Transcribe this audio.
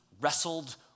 wrestled